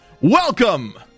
Welcome